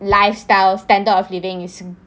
lifestyle standard of living is